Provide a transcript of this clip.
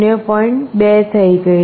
2 થઈ ગઈ છે